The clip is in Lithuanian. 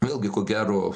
vėlgi ko gero